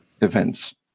events